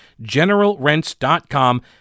GeneralRents.com